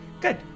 Good